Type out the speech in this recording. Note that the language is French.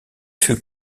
fut